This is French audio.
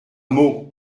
meaux